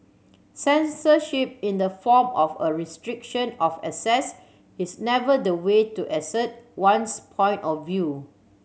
censorship in the form of a restriction of access is never the way to assert one's point of view